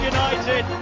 United